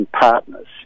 partners